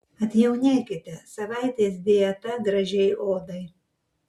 atjaunėkite savaitės dieta gražiai odai